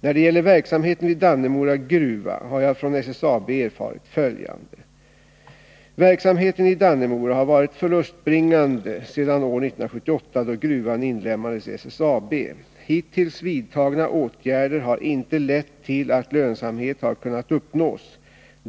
När det gäller verksamheten vid Dannemora gruva har jag från SSAB erfarit följande. Verksamheten i Dannemora har varit förlustbringande sedan år 1978 då gruvan inlemmades i SSAB. Hittills vidtagna åtgärder har inte lett till att lönsamhet har kunnat uppnås.